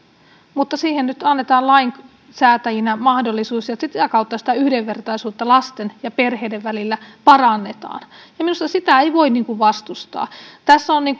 mutta siihen nyt annetaan lainsäätäjinä mahdollisuus ja ja sitä kautta sitä yhdenvertaisuutta lasten ja perheiden välillä parannetaan ja minusta sitä ei voi vastustaa tässä